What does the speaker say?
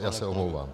Já se omlouvám.